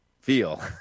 feel